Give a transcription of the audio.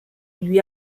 lui